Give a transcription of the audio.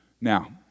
Now